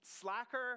slacker